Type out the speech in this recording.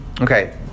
Okay